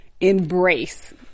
embrace